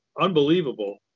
unbelievable